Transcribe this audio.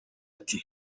iti